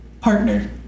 partner